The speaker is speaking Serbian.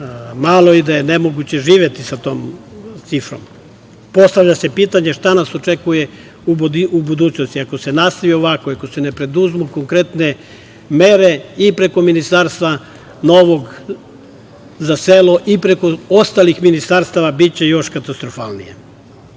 malo i da je nemoguće živeti sa tom cifrom. Postavlja se pitanje šta nas očekuje u budućnosti. Ako se nastavi ovako i ako se ne preduzmu konkretne mere i preko ministarstva novog za selo i preko ostalih ministarstava, biće još katastrofalnije. Iskoristiću